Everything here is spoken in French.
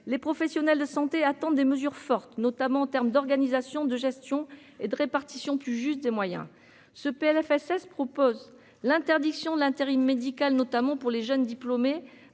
les professionnels de santé attendent des mesures fortes, notamment en terme d'organisation, de gestion et de répartition plus juste des moyens ce PLFSS propose l'interdiction de l'intérim médical, notamment pour les jeunes diplômés,